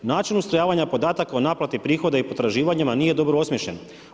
Način ustrojavanja podataka o naplati prihodima i potraživanjima nije dobro osmišljen.